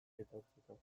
etortzeko